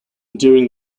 during